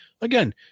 Again